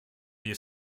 you